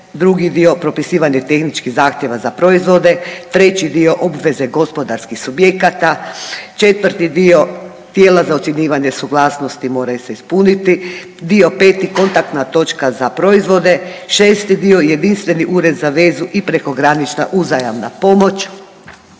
drugi dio propisivanje tehničkih zahtjeva za proizvode, treći dio obveze gospodarskih subjekata, četvrti dio tijela za ocjenjivanje suglasnosti moraju se ispuniti, dio peti kontaktna točka za proizvode, šesti dio jedinstveni ured za vezu i prekogranična uzajamna pomoć,